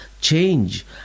change